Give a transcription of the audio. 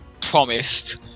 promised